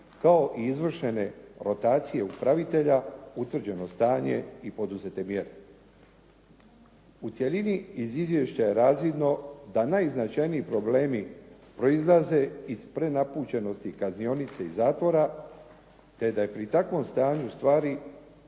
kao i izvršene kvotacije upravitelja, utvrđeno stanje i poduzete mjere. U cjelini iz izvješća je razvidno da najznačajniji problemi proizlaze iz prenapučenosti kaznionice i zatvora te da je pri takvom stanju stvari